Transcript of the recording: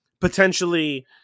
potentially